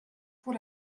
pour